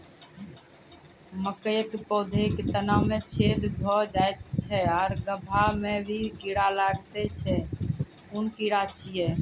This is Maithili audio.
मकयक पौधा के तना मे छेद भो जायत छै आर गभ्भा मे भी कीड़ा लागतै छै कून कीड़ा छियै?